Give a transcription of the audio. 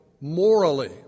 morally